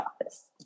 office